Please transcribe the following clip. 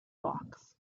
fox